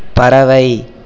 பறவை